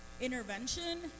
Intervention